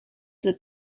that